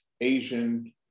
Asian